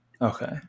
Okay